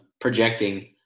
projecting